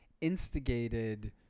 instigated